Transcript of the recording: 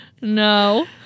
no